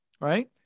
right